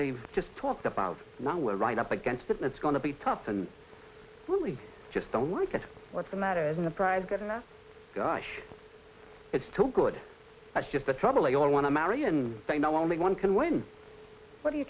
they've just talked about now we're right up against it and it's going to be tough and when we just don't like it what's the matter isn't the prize good enough gosh it's too good that's just the trouble they all want to marry and they know only one can win what are you